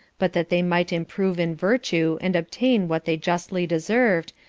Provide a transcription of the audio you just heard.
but that they might improve in virtue, and obtain what they justly deserved,